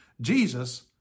Jesus